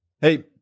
Hey